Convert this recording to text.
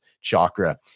chakra